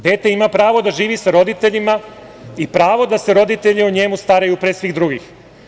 Dete ima pravo da živi sa roditeljima i pravo da se roditelji o njemu staraju pre svih drugih.